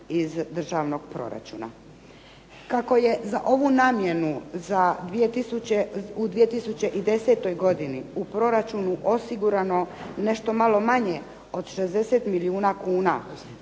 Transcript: iz državnog proračuna. Kako je za ovu namjenu u 2010. godini u proračunu osigurano nešto malo manje od 60 milijuna kuna,